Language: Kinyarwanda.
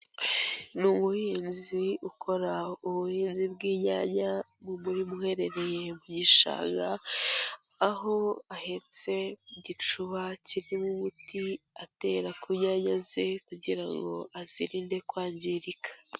Ni umubuhinzi ukora ubuhinzi bw'inyanya mu murima uherereye mu gishanga, aho ahetse gicuba kirimo umuti atera ku nyanya ze kugira ngo azirinde kwangirika.